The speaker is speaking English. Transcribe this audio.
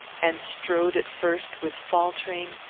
and strode at first with faltering,